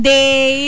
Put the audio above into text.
day